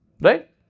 Right